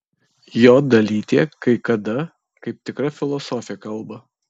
jo dalytė kai kada kaip tikra filosofė kalba